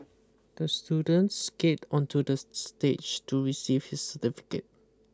the student skated onto the stage to receive his certificate